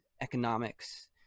economics